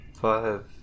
five